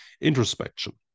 introspection